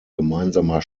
gemeinsamer